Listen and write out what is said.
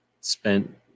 spent